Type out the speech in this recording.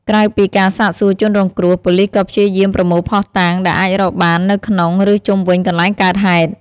ក្រៅពីការសាកសួរជនរងគ្រោះ ប៉ូលិសក៏ព្យាយាមប្រមូលភស្តុតាងដែលអាចរកបាននៅក្នុង ឬជុំវិញកន្លែងកើតហេតុ។